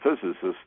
physicists